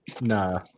Nah